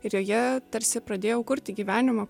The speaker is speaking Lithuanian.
ir joje tarsi pradėjau kurti gyvenimą